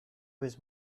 was